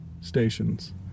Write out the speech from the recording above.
stations